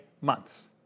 months